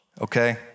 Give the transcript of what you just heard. okay